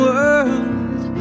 World